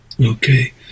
okay